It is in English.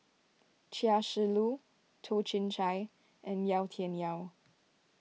Chia Shi Lu Toh Chin Chye and Yau Tian Yau